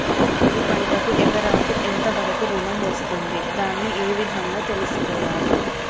వరి పంటకు ఎకరాకు ఎంత వరకు ఋణం వస్తుంది దాన్ని ఏ విధంగా తెలుసుకోవాలి?